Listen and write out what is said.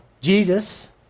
Jesus